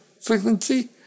frequency